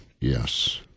Yes